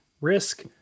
Risk